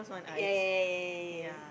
ya ya ya ya ya ya